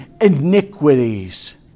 iniquities